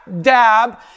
dab